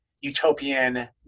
utopian